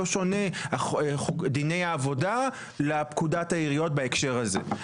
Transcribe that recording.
לא שונה דיני עבודה לפקודת העיריות בהקשר הזה.